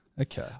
Okay